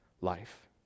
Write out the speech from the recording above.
life